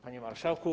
Panie Marszałku!